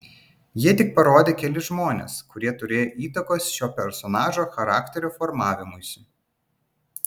jie tik parodė kelis žmones kurie turėjo įtakos šio personažo charakterio formavimuisi